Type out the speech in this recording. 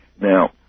Now